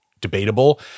debatable